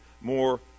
more